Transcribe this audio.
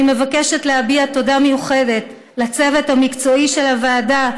אני מבקשת להביע תודה מיוחדת לצוות המקצועי של הוועדה,